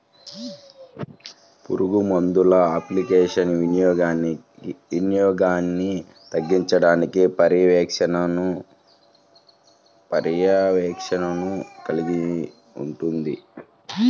పురుగుమందుల అప్లికేషన్ల వినియోగాన్ని తగ్గించడానికి పర్యవేక్షణను కలిగి ఉంటుంది